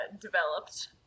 developed